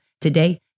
today